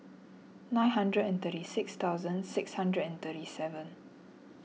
nine hundred and thirty six thousand six hundred and thirty seven